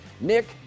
nick